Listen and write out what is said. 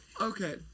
Okay